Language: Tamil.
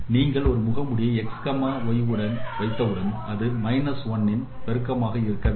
நீங்கள் ஒரு முகமூடியை x y வைத்தவுடன் அது 1 இன் பெருக்கமாக இருக்க வேண்டும்